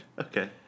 Okay